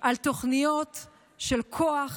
על תוכניות של כוח,